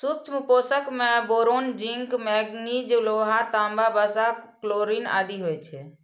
सूक्ष्म पोषक मे बोरोन, जिंक, मैगनीज, लोहा, तांबा, वसा, क्लोरिन आदि होइ छै